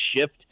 shift